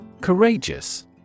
Courageous